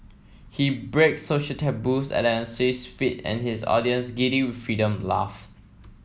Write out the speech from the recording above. he breaks social taboos at an unsafe speed and his audience giddy with freedom laugh